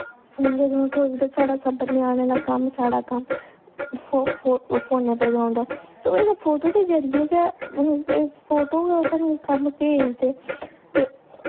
हून जदूं दा कोविड साढ़ा सब ञ्यानें का कम्म साढ़ा कम्म फोनै पर गै औंदा तां गै फोटो दे जरिये गै हून एह् फोटो गै सानू कम्म भेजदे